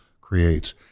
creates